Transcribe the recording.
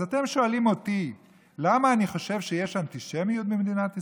אז אתם שואלים אותי למה אני חושב שיש אנטישמיות במדינת ישראל?